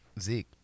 Zeke